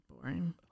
boring